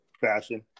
fashion